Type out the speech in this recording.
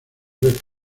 red